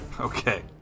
Okay